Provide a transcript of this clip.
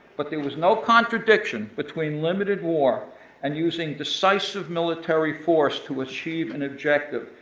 but there was no contradiction between limited war and using decisive military force to achieve an objective,